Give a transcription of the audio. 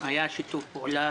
היה שיתוף פעולה